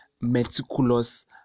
meticulous